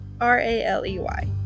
R-A-L-E-Y